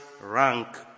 rank